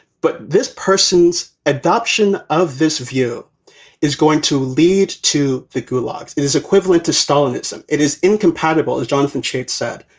but this person's adoption of this view is going to lead to the glock's. it is equivalent to stalin. some it is incompatible, as jonathan chait said,